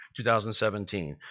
2017